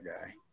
guy